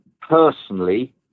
personally